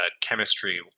chemistry